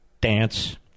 dance